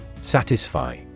Satisfy